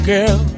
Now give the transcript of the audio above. Girl